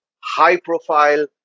high-profile